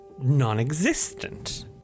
non-existent